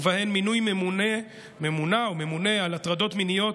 ובהן מינוי ממונה על הטרדות מיניות,